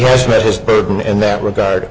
has made his burden in that regard